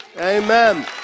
Amen